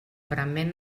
prement